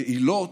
יעילות,